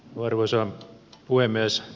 arvoisa puhemies